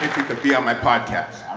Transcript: be on my podcast,